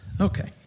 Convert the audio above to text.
Okay